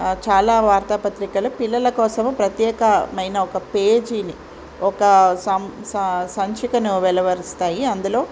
చాలా వార్తాపత్రికలు పిల్లలకోసం ప్రత్యేకమైన ఒక పేజీని ఒక సం స సంచికను వెలువరిస్తాయి అందులో